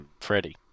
Freddie